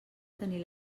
tenir